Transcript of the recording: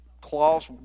cloths